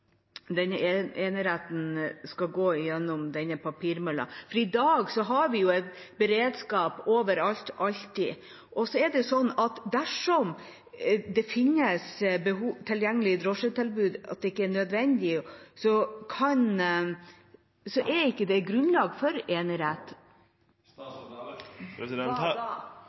eneretten skal gå gjennom papirmølla. I dag har vi beredskap overalt, alltid. Dersom det finnes tilgjengelig drosjetilbud som ikke er nødvendig, er det ikke grunnlag for enerett. Her er ei rekkje påstandar som eg ikkje finn grunnlag for